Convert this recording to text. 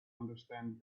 understand